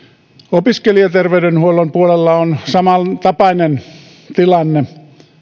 opiskelijaterveydenhuollon puolella on samantapainen tilanne